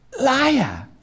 liar